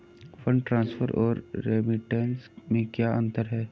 Fund transfer और remittance में क्या अंतर है?